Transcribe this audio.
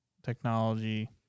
Technology